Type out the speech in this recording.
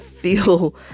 feel